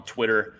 Twitter